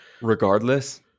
Regardless